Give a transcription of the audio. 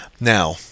Now